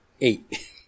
eight